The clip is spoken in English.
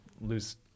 lose